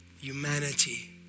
humanity